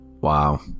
Wow